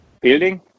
building